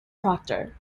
proctor